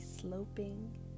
sloping